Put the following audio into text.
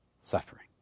suffering